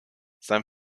sein